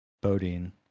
Bodine